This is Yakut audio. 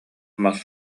мас